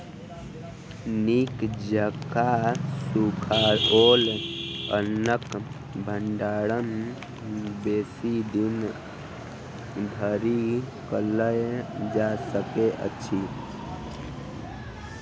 नीक जकाँ सुखाओल अन्नक भंडारण बेसी दिन धरि कयल जा सकैत अछि